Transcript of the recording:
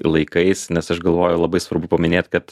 laikais nes aš galvoju labai svarbu paminėt kad